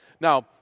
Now